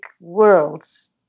worlds